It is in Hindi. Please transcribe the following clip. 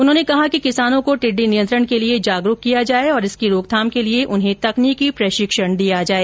उन्होंने कहा कि किसानों को टिड्डी नियंत्रण के लिए जागरूक किया जाए और इसकी रोकथाम के लिए उन्हें तकनीकी प्रशिक्षण दिया जाए